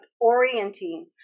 orienting